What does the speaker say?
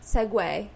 Segway